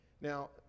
Now